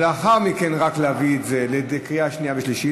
ורק לאחר מכן להביא את זה לקריאה שנייה ושלישית.